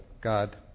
God